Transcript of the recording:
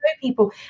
people